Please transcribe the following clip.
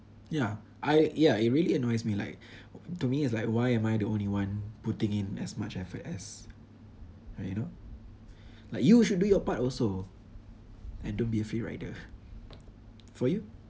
yeah I yeah it really annoys me like to me it's like why am I the only one putting in as much effort as like you know like you should do your part also and don't be a free rider for you